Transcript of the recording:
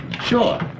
Sure